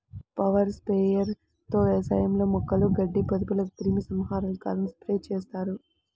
power sprayer తో వ్యవసాయంలో మొక్కలు, గడ్డి, పొదలకు క్రిమి సంహారకాలను స్ప్రే చేస్తారు